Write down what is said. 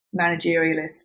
managerialist